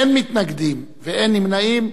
אין מתנגדים ואין נמנעים.